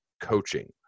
coaching